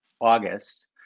August